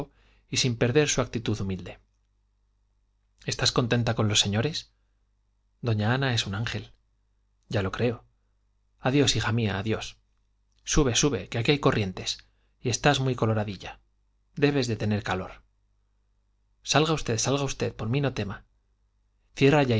y sin perder su actitud humilde estás contenta con los señores doña ana es un ángel ya lo creo adiós hija mía adiós sube sube que aquí hay corrientes y estás muy coloradilla debes de tener calor salga usted salga usted y por mí no tema